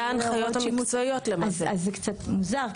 זה קצת מוזר.